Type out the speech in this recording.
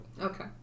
Okay